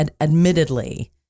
admittedly